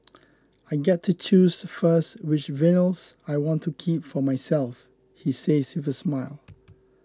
I get to choose first which vinyls I want to keep for myself he says with a smile